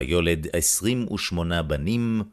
ויולד עשרים ושמונה בנים.